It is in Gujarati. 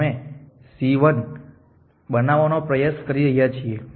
અમે c 1 બનાવવાનો પ્રયાસ કરી રહ્યા છીએ